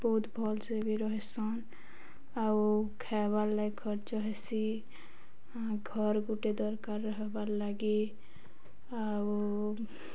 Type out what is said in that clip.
ବହୁତ ଭଲ୍ସେ ବି ରହିସନ୍ ଆଉ ଖାଇବାର୍ ଲାଗି ଖର୍ଚ୍ଚ ହେସି ଘର ଗୁଟେ ଦରକାର ରହବାର୍ ଲାଗି ଆଉ